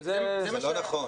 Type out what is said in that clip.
זה לא נכון.